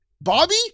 Bobby